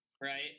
right